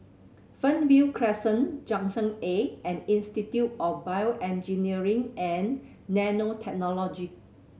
Fernvale Crescent Junction Eight and Institute of BioEngineering and Nanotechnology